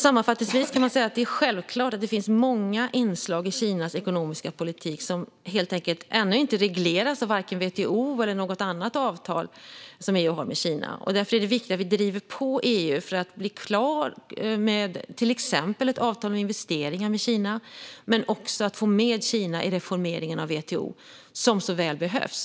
Sammanfattningsvis kan man säga att det är självklart att det finns många inslag i Kinas ekonomiska politik som helt enkelt ännu inte regleras av vare sig WTO eller något annat avtal som EU har med Kina. Därför är det viktigt att vi driver på EU för att bli klara med till exempel ett avtal om investeringar med Kina men också att få med Kina i den reformering av WTO som så väl behövs.